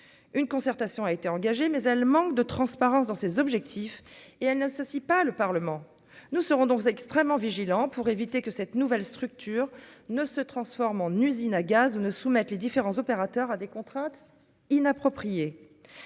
une concertation a été engagée, mais elle manque de transparence dans ses objectifs et elle n'associe pas le Parlement, nous serons donc extrêmement vigilants pour éviter que cette nouvelle structure ne se transforme en usine à gaz ou ne soumettre les différents opérateurs à des contraintes inappropriée,